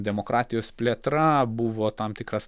demokratijos plėtra buvo tam tikras